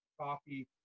coffee